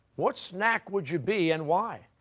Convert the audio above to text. what snack would you be, and why?